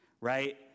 right